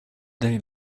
they